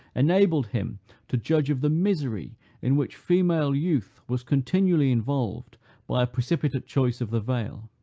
enabled him to judge of the misery in which female youth was continually involved by a precipitate choice of the veil.